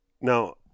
now